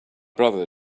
brother